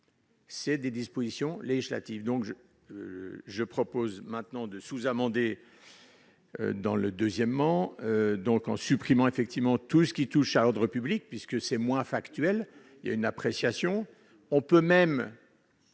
C'est des dispositions législatives, donc je je propose maintenant de sous-amendé dans le deuxièmement donc en supprimant effectivement tout ce qui touche à ordre public puisque c'est moi factuel, il y a une appréciation, on peut même